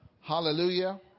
Hallelujah